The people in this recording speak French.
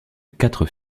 quatre